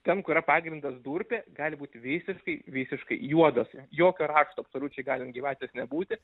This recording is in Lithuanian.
ten kur yra pagrindas durpė gali būt visiškai visiškai juodos jokio rašto absoliučiai gali ant gyvatės nebūti